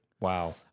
wow